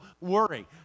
worry